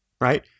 right